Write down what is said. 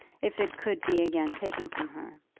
if it could be again taken from her.